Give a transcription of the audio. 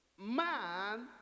Man